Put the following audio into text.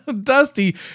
Dusty